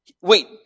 Wait